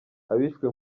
abishwe